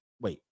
wait